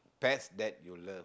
pets that you love